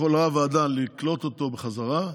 יכולה הוועדה לקלוט אותו בחזרה,